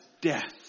death